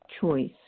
choice